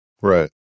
Right